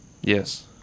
Yes